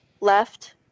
left